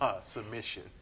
Submission